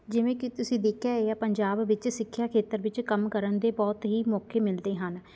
ਜਿਵੇਂ ਕਿ ਤੁਸੀਂ ਦੇਖਿਆ ਆ ਪੰਜਾਬ ਵਿੱਚ ਸਿੱਖਿਆ ਖੇਤਰ ਵਿੱਚ ਕੰਮ ਕਰਨ ਦੇ ਬਹੁਤ ਹੀ ਮੌਕੇ ਮਿਲਦੇ ਹਨ